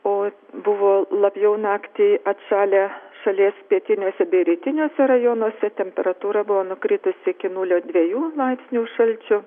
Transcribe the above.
o buvo labiau naktį atšalę šalies pietiniuose bei rytiniuose rajonuose temperatūra buvo nukritusi iki nulio dvejų laipsnių šalčio